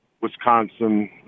Wisconsin